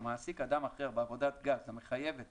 המעסיק אדם אחר בעבודת גז החייבת